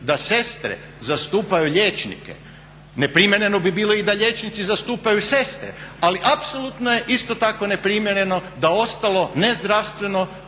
da sestre zastupaju liječnike, neprimjereno bi bilo i da liječnici zastupaju sestre, ali apsolutno je isto tako neprimjereno da ostalo nezdravstveno